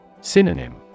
Synonym